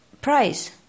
price